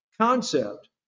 concept